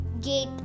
gate